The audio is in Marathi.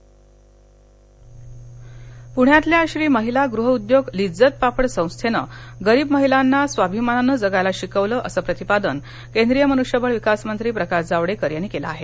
जावडेकर प्ण्यातल्या श्री महिला गृह उद्योग लिज्जत पापड संस्थेनं गरीब महिलांना स्वाभिमानानं जगायला शिकवलं असं प्रतिपादन केंद्रीय मनुष्यबळ विकास मंत्री प्रकाश जावडेकर यांनी केलं आहे